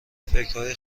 فکرهای